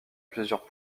plusieurs